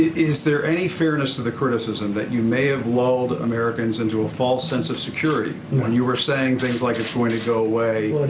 is there any fairness to the criticism that you may have lulled americans into a false sense of security when you were saying things like it's going to go away.